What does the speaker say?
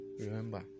remember